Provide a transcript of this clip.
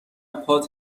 پات